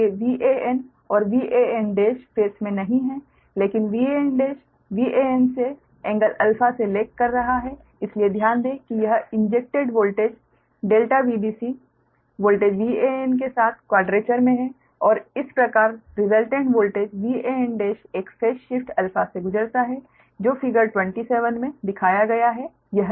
इसलिए Van और Van phase में नहीं है लेकिन Van Van से एंगल α से लेग कर रहा है इसलिए ध्यान दें कि यह injected voltage ∆Vbc voltage Van के साथ क्वाड्रेचर में है और इस प्रकार रिज़ल्टेंट वोल्टेज Van एक फेस शिफ्ट α से गुजरता है जो फिगर 27 में दिखाया गया है यह एक